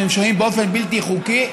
שהם שוהים באופן בלתי חוקי,